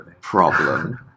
problem